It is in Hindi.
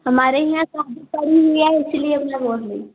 हमारे यहाँ शादी पड़ी हुई है इसीलिए मतलब और लेंगे